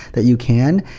that you can,